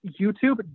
YouTube